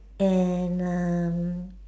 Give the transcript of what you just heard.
and um